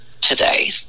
today